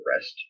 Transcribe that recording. rest